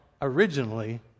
originally